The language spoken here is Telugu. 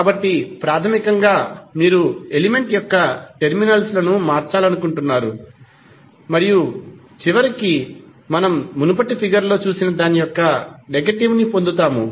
కాబట్టి ప్రాథమికంగా మీరు ఎలిమెంట్ యొక్క టెర్మినల్ స్ లను మార్చుకుంటున్నారు మరియు చివరికి మనం మునుపటి ఫిగర్ లో చూసిన దాని యొక్క నెగటివ్ ని పొందుతాము